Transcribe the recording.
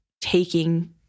taking